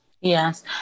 Yes